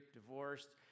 divorced